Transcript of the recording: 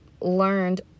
learned